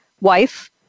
Wife